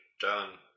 done